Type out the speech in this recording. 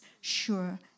sure